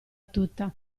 tutta